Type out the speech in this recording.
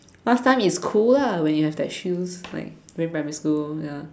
last time is cool lah when you have that shoe like during primary school